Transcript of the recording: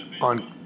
on